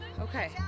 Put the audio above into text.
Okay